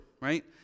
Right